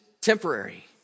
temporary